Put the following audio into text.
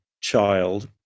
child